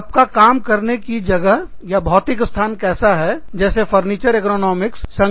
आपका काम करने की जगहभौतिक स्थान कैसा है जैसे फर्नीचर एग्रोनॉमिक श्रमदक्षता शास्त्र